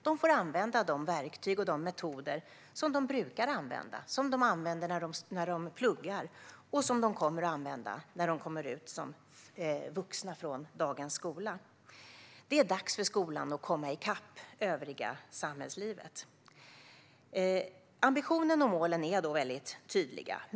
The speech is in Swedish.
De får använda de verktyg och metoder som de brukar använda, som de använder när de pluggar och som de kommer att använda som vuxna, när de kommer ut från dagens skola. Det är dags för skolan att komma i kapp det övriga samhällslivet. Ambitionen och målen är tydliga.